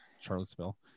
Charlottesville